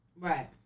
Right